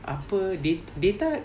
apa dat~ data